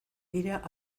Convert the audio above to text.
dira